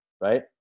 right